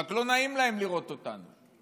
רק לא נעים להם לראות אותנו.